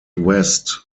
west